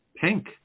Pink